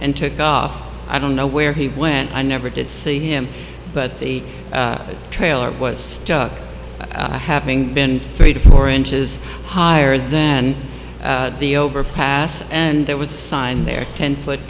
and took off i don't know where he went i never did see him but the trailer was stuck having been three to four inches higher than the overpass and there was a sign there ten foot